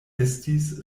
estis